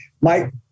Mike